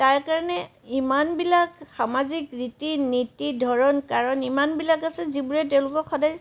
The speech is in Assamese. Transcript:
তাৰকাৰণে ইমানবিলাক সামাজিক ৰীতি নীতি ধৰণ কাৰণ ইমানবিলাক আছে যিবোৰে তেওঁলোকক সদায়